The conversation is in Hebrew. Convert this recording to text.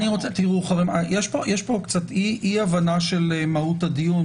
חברים, יש פה אי-הבנה של מהות הדיון.